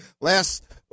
last